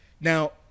now